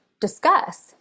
discuss